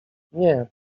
nie